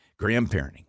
grandparenting